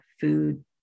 food